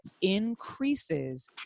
increases